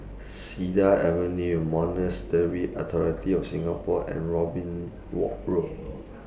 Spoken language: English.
Cedar Avenue Authority of Singapore and Robin Wok Road